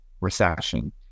recession